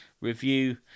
review